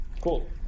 Cool